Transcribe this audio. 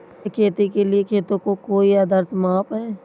क्या खेती के लिए खेतों का कोई आदर्श माप है?